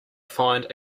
find